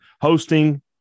hosting